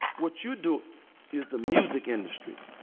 what you do is the music industry.